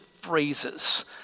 phrases